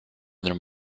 than